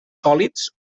sòlids